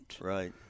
Right